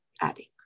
adding